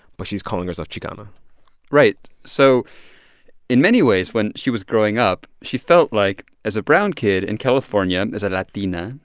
but she's calling herself chicana right. so in many ways, when she was growing up, she felt like, as a brown kid in california, as a latina,